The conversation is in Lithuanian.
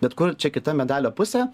bet kur čia kita medalio pusė